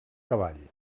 cavall